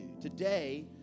Today